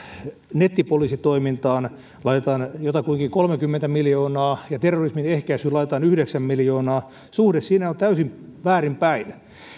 nettipoliisitoimintaan laitetaan jotakuinkin kolmekymmentä miljoonaa ja terrorismin ehkäisyyn laitetaan yhdeksän miljoonaa suhde siinä on täysin väärinpäin